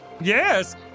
Yes